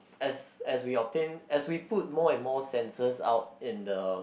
as as we obtain as we put more and more sensors out in the